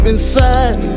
inside